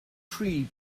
tree